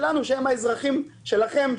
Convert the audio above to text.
שהם האזרחים שלכם,